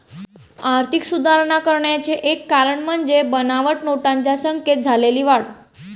आर्थिक सुधारणा करण्याचे एक कारण म्हणजे बनावट नोटांच्या संख्येत झालेली वाढ